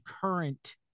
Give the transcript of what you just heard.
current